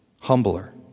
humbler